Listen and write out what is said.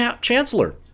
Chancellor